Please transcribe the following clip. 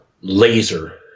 laser